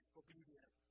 obedient